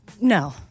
no